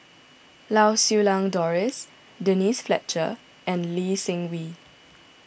Lau Siew Lang Doris Denise Fletcher and Lee Seng Wee